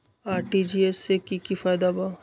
RTGS से की की फायदा बा?